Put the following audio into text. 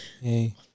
hey